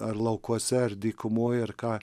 ar laukuose ar dykumoj ir ką